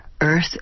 earth